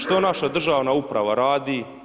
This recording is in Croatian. Što naša državna uprava radi?